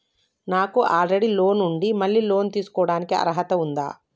నాకు already loan ఉండి మళ్ళీ లోన్ తీసుకోవడానికి అర్హత ఉందా?